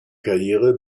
karriere